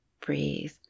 breathe